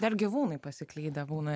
dar gyvūnai pasiklydę būna